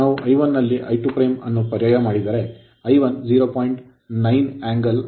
ನಾವು I1 ನಲ್ಲಿ I2' ಅನ್ನು ಪರ್ಯಾಯ ಮಾಡಿದರೆ I10